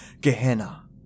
Gehenna